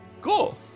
Cool